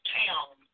town